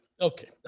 Okay